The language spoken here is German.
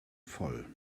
voll